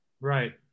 Right